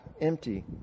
empty